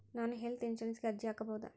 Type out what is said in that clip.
ನಾನು ಹೆಲ್ತ್ ಇನ್ಶೂರೆನ್ಸಿಗೆ ಅರ್ಜಿ ಹಾಕಬಹುದಾ?